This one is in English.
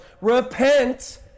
repent